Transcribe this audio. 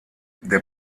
der